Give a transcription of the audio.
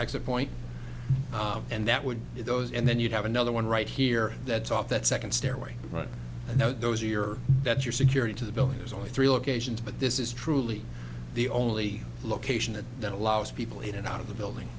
exit point and that would be those and then you'd have another one right here that's off that second stairway right now those are your that's your security to the building there's only three locations but this is truly the only location that that allows people in and out of the building